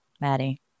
Maddie